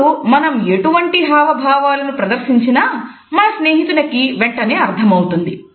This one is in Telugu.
ఇప్పుడు మనం ఎటువంటి హావభావాలను ప్రదర్శించినా మన స్నేహితునికి వెంటనే అర్థమవుతుంది